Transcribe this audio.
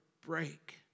break